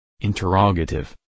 Interrogative